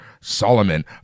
Solomon